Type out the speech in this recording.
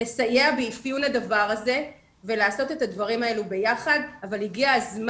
למיטב ידיעתי,